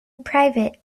private